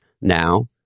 Now